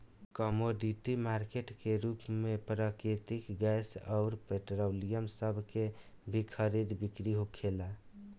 commodity market के रूप में प्राकृतिक गैस अउर पेट्रोलियम सभ के भी खरीद बिक्री होखेला